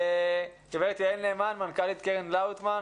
גברת יעל נאמן, מנכ"לית קרן לאוטמן.